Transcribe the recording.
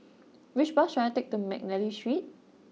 which bus should I take to McNally Street